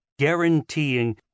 guaranteeing